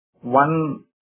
one